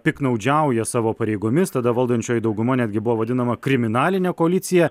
piktnaudžiauja savo pareigomis tada valdančioji dauguma netgi buvo vadinama kriminaline koalicija